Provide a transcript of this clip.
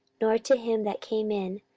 nor to him that came in,